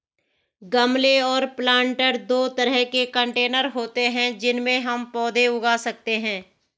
गमले और प्लांटर दो तरह के कंटेनर होते है जिनमें हम पौधे उगा सकते है